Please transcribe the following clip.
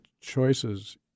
choices